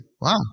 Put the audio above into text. wow